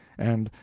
and,